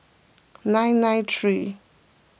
nine nine three